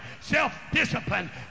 self-discipline